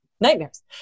Nightmares